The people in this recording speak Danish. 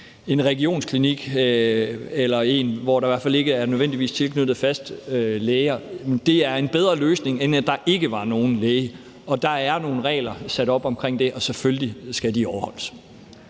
en regionsklinik eller en klinik, hvor der i hvert fald ikke nødvendigvis er tilknyttet faste læger, er det en bedre løsning, end at der ikke var nogen læge. Der er nogle regler sat op for det, og selvfølgelig skal de overholdes.